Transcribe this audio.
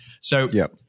So-